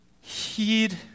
Heed